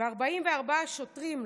ו-44 שוטרים,